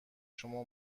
شما